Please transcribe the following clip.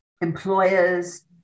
employers